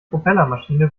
propellermaschine